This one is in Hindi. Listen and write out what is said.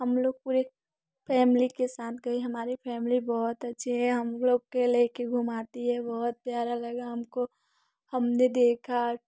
हम लोग पूरे फैमिली के साथ गये हमारी फैमिली बहुत अच्छी है हम लोग के लेके घुमाती है बहुत प्यारा लगा हमको हमने देखा